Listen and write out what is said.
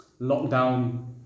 lockdown